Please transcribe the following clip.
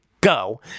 go